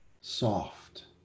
soft